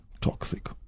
toxic